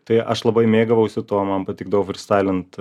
tai aš labai mėgavausi tuo man patikdavo frystailint